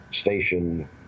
station